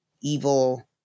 evil